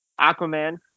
Aquaman